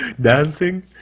dancing